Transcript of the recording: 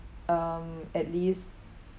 um at least